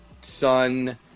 son